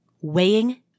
weighing